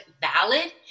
valid